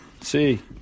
See